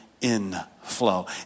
inflow